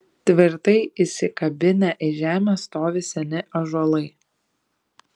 tvirtai įsikabinę į žemę stovi seni ąžuolai